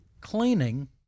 cleaning